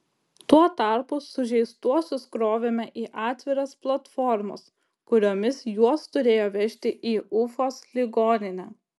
tuo tarpu sužeistuosius krovėme į atviras platformas kuriomis juos turėjo vežti į ufos ligoninę